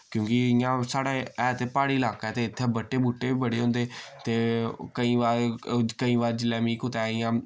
क्यूंकि इय्यां साढ़े हे ते प्हाड़ी ल्हाका ऐ ते इत्थै बट्टे बुट्टे बी बड़े होंदे ते केईं बार केईं बार जिल्लै मि कुतै इय्यां